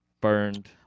burned